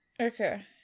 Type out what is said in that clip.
Okay